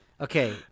Okay